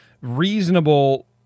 reasonable